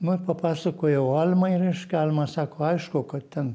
nu ir papasakojau almai reiškia alma sako aišku kad ten